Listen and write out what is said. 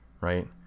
right